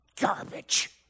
garbage